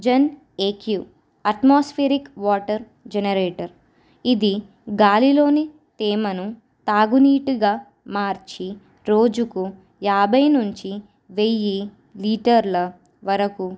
Jan AQ atmospheric water generator ఇది గాలిలోని తేమను తాగునీటిగా మార్చి రోజుకు యాభై నుంచి వెయ్యి లీటర్ల వరకు